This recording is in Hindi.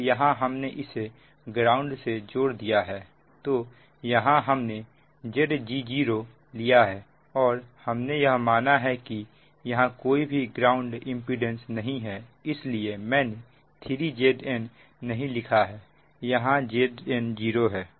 अब यहां हमने इसे ग्राउंड से जोड़ दिया है तो यहां हमने Zg0 लिया है और हमने यह माना है कि यहां कोई भी ग्राउंड इंपीडेंस नहीं है इसलिए मैंने 3Zn नहीं लिखा है यहां Zn जीरो है